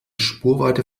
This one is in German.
spurweite